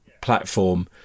platform